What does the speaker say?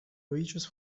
reaches